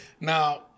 Now